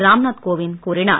ராம்நாத் கோவிந்த் கூறினார்